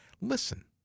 Listen